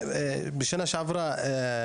בשנה שעברה